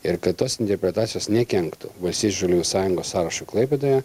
ir kad tos interpretacijos nekenktų valstiečių ir žaliųjų sąjungos sąrašui klaipėdoje